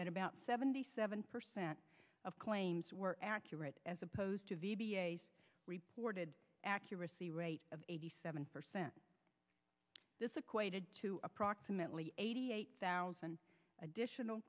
that about seventy seven percent of claims were accurate as opposed to the reported accuracy rate of eighty seven percent this equated to approximately eighty eight thousand additional